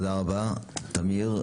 תודה רבה תמיר.